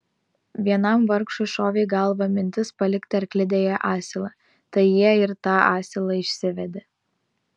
vienam vargšui šovė į galvą mintis palikti arklidėje asilą tai jie ir tą asilą išsivedė